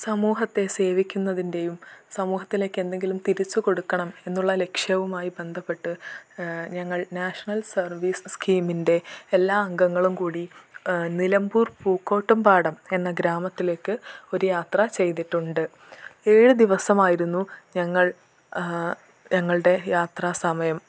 സമൂഹത്തെ സേവിക്കുന്നതിൻറ്റേയും സമൂഹത്തിലേക്ക് എന്തെങ്കിലും തിരിച്ച് കൊടുക്കണം എന്നുള്ള ലക്ഷ്യവുമായി ബന്ധപ്പെട്ട് ഞങ്ങൾ നാഷണൽ സർവീസ് സ്കീമിൻറ്റെ എല്ലാ അംഗങ്ങളും കൂടി നിലമ്പൂർ പൂക്കോട്ടുംപാടം എന്ന ഗ്രാമത്തിലേക്ക് ഒരു യാത്ര ചെയ്തിട്ടുണ്ട് ഏഴ് ദിവസമായിരുന്നു ഞങ്ങൾ ഞങ്ങളുടെ യാത്രാ സമയം